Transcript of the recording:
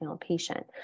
patient